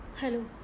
Hello